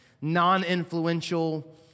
non-influential